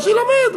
שילמד,